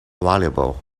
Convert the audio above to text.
valuable